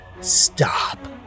stop